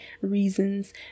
reasons